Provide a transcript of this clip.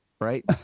right